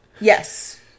Yes